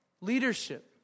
Leadership